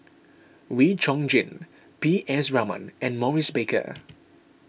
Wee Chong Jin P S Raman and Maurice Baker